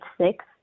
six